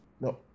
no